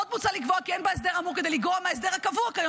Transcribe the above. עוד מוצע לקבוע כי אין בהסדר האמור כדי לגרוע מההסדר הקבוע כיום